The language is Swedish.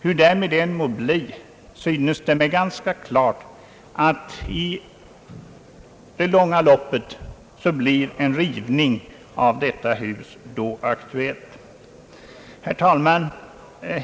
Hur därmed än må bli synes det mig ganska klart att en rivning av detta hus i det långa loppet då blir aktuell. Herr talman!